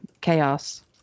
chaos